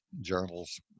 journals